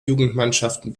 jugendmannschaften